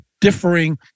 differing